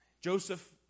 Joseph